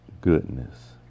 goodness